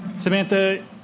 Samantha